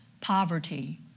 Poverty